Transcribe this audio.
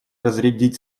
разрядить